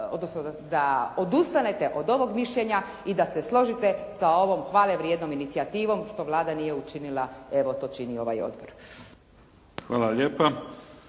odnosno da odustanete od ovog mišljenja i da se složite sa ovom hvale vrijednom inicijativom što Vlada nije učinila evo to čini ovaj odbor. **Mimica,